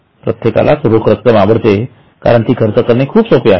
प्रत्येकाला रोख आवडते कारण ती खर्च करणे खूप सोपे आहे